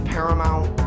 Paramount